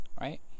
right